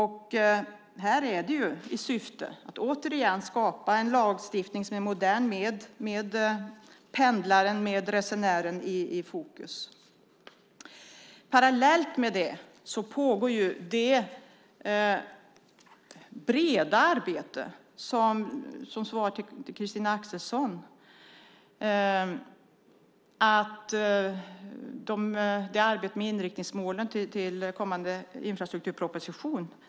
Här är det återigen i syfte att skapa en lagstiftning som är modern och med pendlaren, resenären i fokus. Som svar till Christina Axelsson pågår parallellt med detta det breda arbetet med inriktningsmålen till kommande infrastrukturproposition.